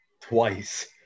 Twice